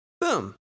Boom